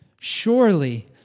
Surely